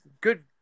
Good